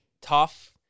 Tough